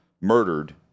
murdered